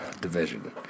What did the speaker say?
Division